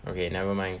okay never mind